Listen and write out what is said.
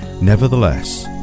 Nevertheless